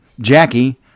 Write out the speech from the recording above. Jackie